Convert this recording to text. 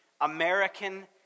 American